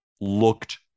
looked